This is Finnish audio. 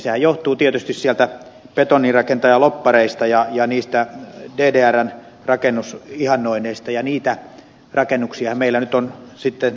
sehän johtuu tietysti sieltä betonirakentajalobbareista ja niistä ddrn rakennusihannoinneista ja niitä rakennuksiahan meillä nyt on sitten ihan riittämiin rakennettu